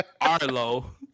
Arlo